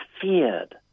feared